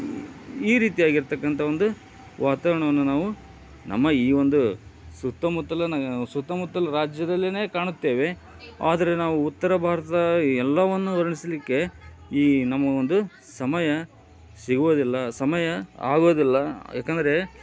ಈ ರೀತಿಯಾಗಿರ್ತಕಂಥ ಒಂದು ವಾತಾವರಣವನ್ನು ನಾವು ನಮ್ಮ ಈ ಒಂದು ಸುತ್ತಮುತ್ತಲಿನ ಸುತ್ತ ಮುತ್ತಲು ರಾಜ್ಯದಲ್ಲೆನೆ ಕಾಣುತ್ತೇವೆ ಆದರೆ ನಾವು ಉತ್ತರಭಾರತದ ಎಲ್ಲವನ್ನು ವರ್ಣಿಸಲಿಕ್ಕೆ ಈ ನಮ್ಮ ಒಂದು ಸಮಯ ಸಿಗುವುದಿಲ್ಲ ಸಮಯ ಆಗೋದಿಲ್ಲ ಯಾಕಂದರೆ